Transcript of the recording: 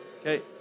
Okay